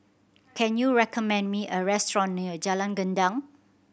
can you recommend me a restaurant near Jalan Gendang